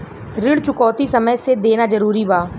ऋण चुकौती समय से देना जरूरी बा?